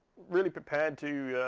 really prepared to